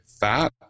fat